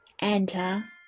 Enter